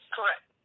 Correct